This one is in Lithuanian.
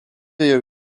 jau